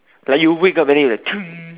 like you wake up then you're like